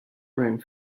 rome